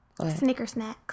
snickersnacks